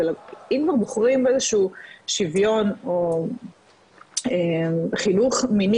אם כבר בוחרים איזשהו שיווין או חינוך מיני